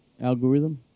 Algorithm